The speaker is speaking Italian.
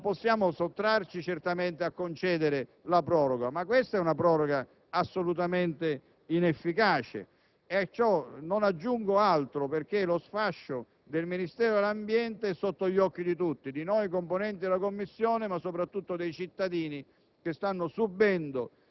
nell'emergenza non possiamo sottrarci a concedere la proroga, ma noi la riteniamo assolutamente inefficace. Non aggiungo altro, perché lo sfascio del Ministero dell'ambiente è sotto gli occhi di tutti noi componenti della Commissione, ma soprattutto dei cittadini,